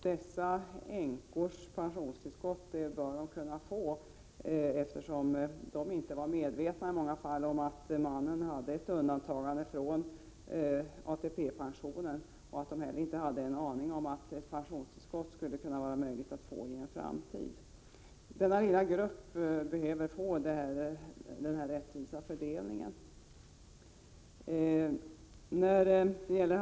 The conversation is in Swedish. De aktuella änkorna bör kunna få nämnda pensionstillskott, eftersom de i många fall inte var medvetna om att deras män hade ett undantagande från ATP-pensionen. Inte heller hade de någon aning om att det skulle kunna vara möjligt att få pensionstillskott inom en framtid. För denna lilla grupp behöver nämnda rättvisa fördelning gälla.